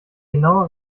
genaue